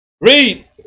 Read